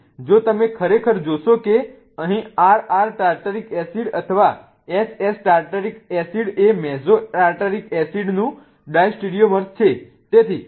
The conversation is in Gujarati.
તેથી જો તમે ખરેખર જોશો કે અહીં RR ટાર્ટરિક એસિડ અથવા SS ટાર્ટરિક એસિડ એ મેસો ટાર્ટરિક એસિડ નું ડાયસ્ટેરિયોમર છે